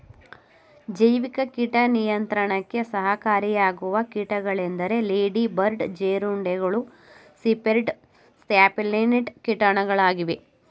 ಜೈವಿಕ ಕೀಟ ನಿಯಂತ್ರಣಕ್ಕೆ ಸಹಕಾರಿಯಾಗುವ ಕೀಟಗಳೆಂದರೆ ಲೇಡಿ ಬರ್ಡ್ ಜೀರುಂಡೆಗಳು, ಸಿರ್ಪಿಡ್, ಸ್ಟ್ಯಾಫಿಲಿನಿಡ್ ಕೀಟಗಳಾಗಿವೆ